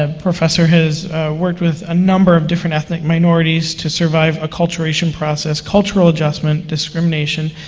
ah professor has worked with a number of different ethnic minorities to survive acculturation process, cultural adjustment, discrimination,